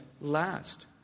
last